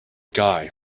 guy